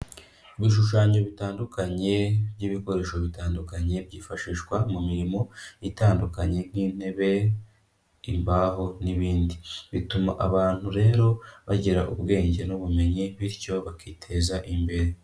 Ibishushanyo bitandukanye by'ibikoresho bitandukanye, byifashishwa mu mirimo itandukanye nk'intebe, imbaho n'ibindi. Bituma abantu rero bagira ubwenge n'ubumenyi bityo bakiteza imbere.